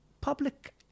public